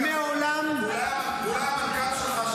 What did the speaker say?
מעולם -- אולי המנכ"ל שלך,